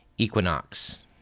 equinox